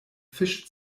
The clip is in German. fisch